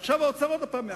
ועכשיו האוצר עוד הפעם מעכב.